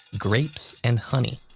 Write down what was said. grapes, and honey.